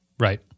Right